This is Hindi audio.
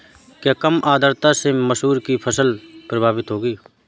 क्या कम आर्द्रता से मसूर की फसल प्रभावित होगी?